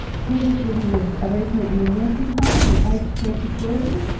he was living as a resident in a nursing home, in an aged care facility,